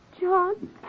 John